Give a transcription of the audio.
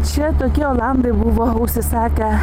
čia tokie olandai buvo užsisakę